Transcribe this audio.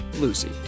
Lucy